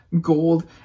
gold